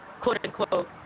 quote-unquote